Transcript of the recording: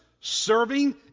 serving